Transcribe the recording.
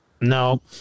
no